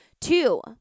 Two